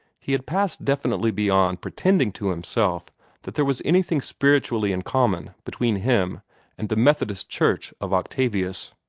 he had passed definitely beyond pretending to himself that there was anything spiritually in common between him and the methodist church of octavius.